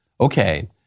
okay